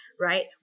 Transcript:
right